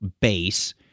base